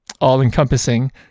all-encompassing